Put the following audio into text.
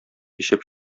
эчеп